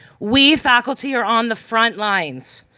we, faculty, are on the front lines.